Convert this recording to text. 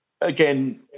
again